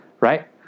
Right